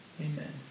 Amen